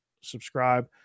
subscribe